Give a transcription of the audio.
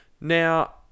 Now